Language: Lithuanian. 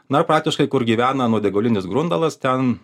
na ir praktiškai kur gyvena nuodėgulinis grundalas ten